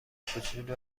کوچولو